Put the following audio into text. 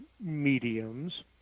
mediums